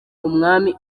umwami